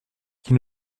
qui